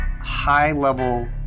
high-level